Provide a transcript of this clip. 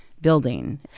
building